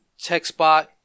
TechSpot